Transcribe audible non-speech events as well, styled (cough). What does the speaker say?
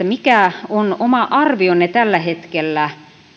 (unintelligible) mikä on oma arvionne tällä hetkellä